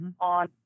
on